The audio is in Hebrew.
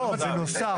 בנוסף.